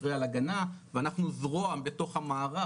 אחראי על הגנה ואנחנו זרוע בתוך המערך,